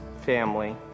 family